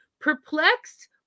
perplexed